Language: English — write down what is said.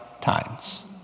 times